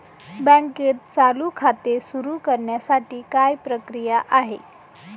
बँकेत चालू खाते सुरु करण्यासाठी काय प्रक्रिया आहे?